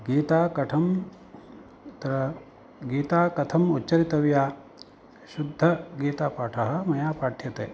गीता कथं तत्र गीता कथम् उच्छरितव्या शुद्धगीतापाठः मया पाठ्यते